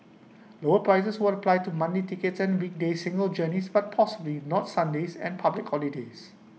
lower prices would apply to monthly tickets and weekday single journeys but possibly not Sundays or public holidays